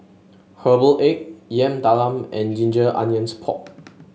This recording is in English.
Herbal Egg Yam Talam and Ginger Onions Pork